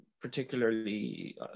particularly